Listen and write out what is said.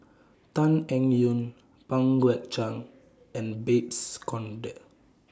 Tan Eng Yoon Pang Guek Cheng and Babes Conde